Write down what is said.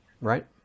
Right